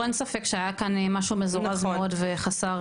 אין ספק שהיה כאן משהו מזורז מאוד וחסר